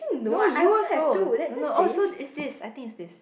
no you also no no so oh is this I think is this